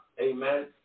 amen